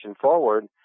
forward